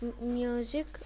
music